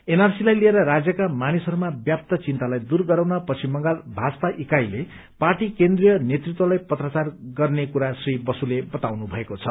एनआरसीलाई लिएर राज्यका मानिसहरूमा व्याप्त चिन्तालाई दूर गराउन पश्चिम बंगाल भाजपा इकाईले पार्टी केन्दीय नेतृत्वलाई पत्राचार गर्ने कुरा श्री बसुले बताउनु भएको छ